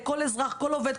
כל עובד,